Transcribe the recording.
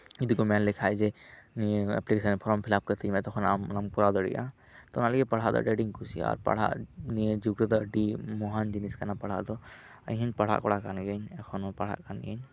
ᱡᱩᱫᱤᱠᱚ ᱢᱮᱱᱞᱮᱠᱷᱟᱱ ᱡᱮ ᱱᱤᱭᱟᱹ ᱮᱹᱯᱞᱤᱠᱮᱥᱚᱱ ᱯᱷᱨᱚᱢ ᱯᱷᱤᱞᱟᱯ ᱠᱟᱹᱛᱤᱧ ᱢᱮ ᱛᱚᱠᱷᱚᱱ ᱟᱢ ᱚᱱᱟᱢ ᱠᱚᱨᱟᱣ ᱫᱟᱲᱮᱭᱟᱜᱼᱟ ᱛᱚ ᱚᱱᱟᱞᱟᱹᱜᱤᱫ ᱯᱟᱲᱦᱟᱜ ᱫᱚ ᱟᱹᱰᱤ ᱟᱸᱴᱤᱧ ᱠᱩᱥᱤᱭᱟᱜᱼᱟ ᱟᱨ ᱯᱟᱲᱦᱟᱜ ᱱᱤᱭᱟᱹ ᱡᱩᱜᱽ ᱨᱮᱫᱚ ᱟᱹᱰᱤ ᱢᱚᱦᱟᱱ ᱡᱤᱱᱤᱥ ᱠᱟᱱᱟ ᱯᱟᱲᱦᱟᱜ ᱫᱚ ᱟᱨ ᱤᱧᱦᱚᱸᱧ ᱯᱟᱲᱟᱦ ᱠᱚᱲᱟ ᱠᱟᱱ ᱜᱤᱭᱟᱹᱧ ᱮᱠᱷᱚᱱᱚ ᱯᱟᱲᱦᱟᱜ ᱟᱠᱟᱱ ᱜᱤᱭᱟᱹᱧ